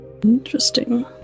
Interesting